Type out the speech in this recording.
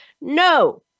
No